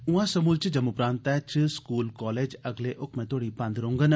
उआ समूलचे जम्मू प्रांतै च स्कूल कालेज अगले हुक्मै तोहड़ी बंद रौह्डप